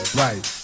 right